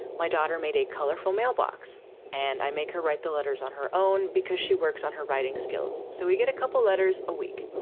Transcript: my daughter made a colorful mailbox and i make her write the letters on her own because she works on her writing skills. so we get a couple letters a week.